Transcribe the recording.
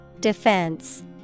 Defense